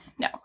No